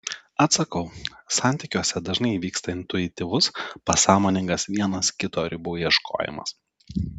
atsakau santykiuose dažnai vyksta intuityvus pasąmoningas vienas kito ribų ieškojimas